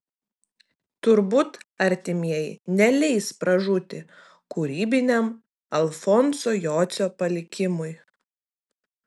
turbūt artimieji neleis pražūti kūrybiniam alfonso jocio palikimui